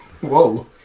Whoa